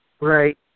Right